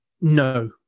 No